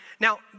Now